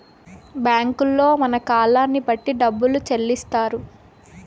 బ్యాంకుల్లో మన కాలాన్ని బట్టి డబ్బును చెల్లిత్తారు